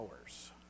hours